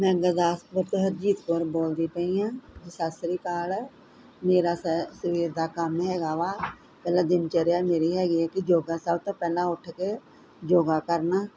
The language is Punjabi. ਮੈਂ ਗੁਰਦਾਸਪੁਰ ਤੋਂ ਹਰਜੀਤ ਕੌਰ ਬੋਲਦੀ ਪਈ ਆਂ ਸਾਸਰੀ ਕਾਲ ਮੇਰਾ ਸ ਸਵੇਰ ਦਾ ਕੰਮ ਹੈਗਾ ਵਾ ਪਹਿਲਾਂ ਦਿਨਚਰਿਆ ਮੇਰੀ ਹੈਗੀ ਐ ਕੀ ਯੋਗਾ ਸਭ ਤੋਂ ਪਹਿਲਾਂ ਉੱਠ ਕੇ ਯੋਗਾ ਕਰਨਾ